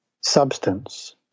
substance